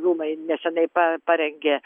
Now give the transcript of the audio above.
rūmai neseniai parengė